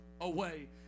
away